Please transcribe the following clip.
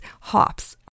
hops